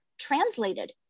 translated